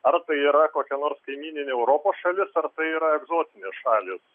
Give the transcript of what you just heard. ar tai yra kokia nors kaimyninė europos šalis ar tai yra egzotinės šalys